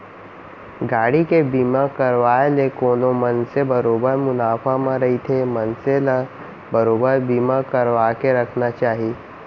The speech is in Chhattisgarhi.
गाड़ी के बीमा करवाय ले कोनो मनसे बरोबर मुनाफा म रहिथे मनसे ल बरोबर बीमा करवाके रखना चाही